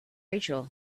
rachel